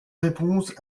réponse